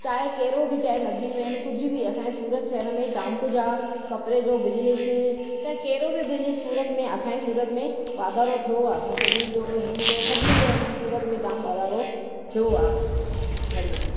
चाहे कहिड़ो बि चाहे नदियूं आहिनि कुझु बि असांजे सूरत शहर में जाम कुझु आहे कपिड़े जो बिज़निस चाहे कहिड़ो बि बिज़निस सूरत में असांजे सूरत में वाधारो थियो आहे असांजे पुलिनि जो हिननि जो सभिनी जो असांजे सूरत में जाम वाधारो थियो आहे हरि ओम